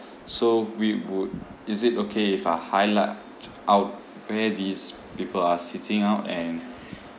so we would is it okay if I highlight out where these people are sitting out and